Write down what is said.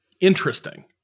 interesting